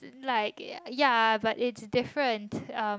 like ya but it's different um